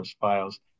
files